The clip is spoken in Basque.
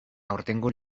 aurtengo